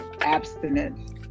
abstinence